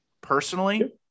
personally